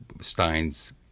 steins